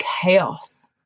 chaos